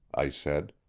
i said.